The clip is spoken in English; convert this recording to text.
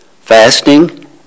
fasting